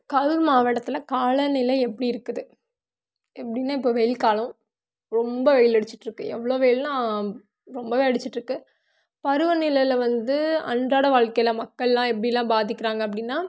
கரூர் மாவட்டத்தில் காலநிலை எப்படி இருக்குது எப்படினா இப்போ வெயில் காலம் ரொம்ப வெயிலடிச்சிட்டுருக்கு எவ்வளோ வெயில்னா ரொம்பவே அடிச்சிட்டுருக்கு பருவநிலையில் வந்து அன்றாட வாழ்க்கைல மக்கள்லாம் எப்படிலாம் பாதிக்கிறாங்க அப்படின்னா